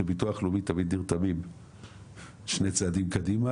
שביטוח לאומי תמיד נרתמים שני צעדים קדימה